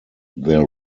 their